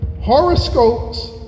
Horoscopes